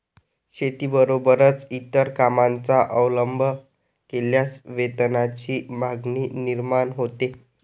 शेतीबरोबरच इतर कामांचा अवलंब केल्यास वेतनाची मागणी निर्माण होते